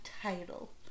title